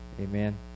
Amen